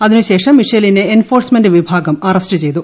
അതിനു ശേഷം മിഷേലിനെ എൻഫോഴ്സ്മെന്റ് വിഭാഗം അറസ്റ് ചെയ്തു